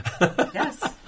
Yes